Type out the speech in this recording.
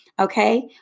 Okay